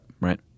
Right